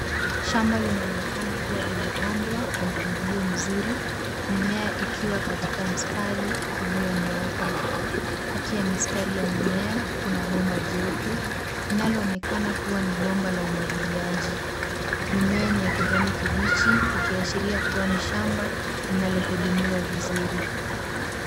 Shamba linaonekana kuwa limepandwa kwa mpangilio mzuri mimea ikiwa katika mistari iliyonyooka. Kati ya mistari ya mimea kuna bomba jeupe inaloonekana kuwa ni bomba la umwagiliaji. Mimea ni ya kijani kibichi ikiashiria kuwa ni shamba inalohudumiwa vizuri.